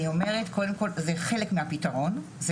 אני אומרת שזה חלק מהפתרון.